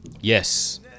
Yes